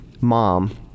mom